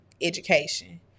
education